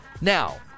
Now